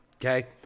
Okay